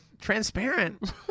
transparent